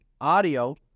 audio